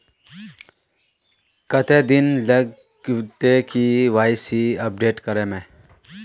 कते दिन लगते के.वाई.सी अपडेट करे में?